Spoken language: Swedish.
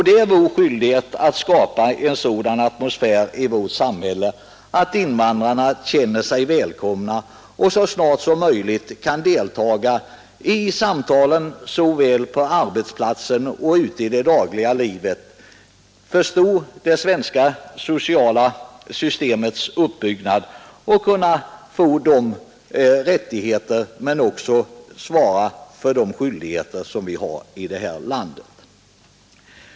Det är vår skyldighet att skapa en sådan atmosfär i vårt samhälle att invandrarna känner sig välkomna och så snart som möjligt kan delta i samtalen äl på arbetsplatsen som ute i det dagliga livet, förstå det svenska sociala systemets uppbyggnad och få de rättigheter — men även fullgöra de skyldigheter — vi har här i landet.